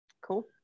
Cool